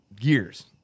years